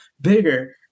bigger